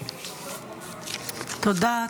תודה.